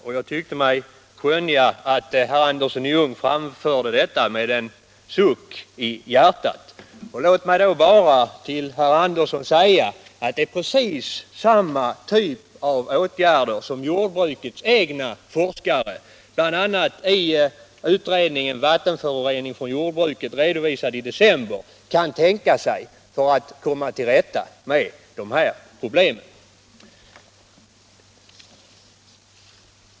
Och jag tyckte mig skönja att 170 Låt mig då bara till herr Andersson säga att det är precis den typen av åtgärder som jordbrukets egna forskare, bl.a. redovisade i utredningen Vattenförorening från jordbruket i december förra året, kan tänka sig för att komma till rätta med de här problemen.